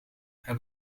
het